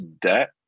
debt